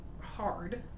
hard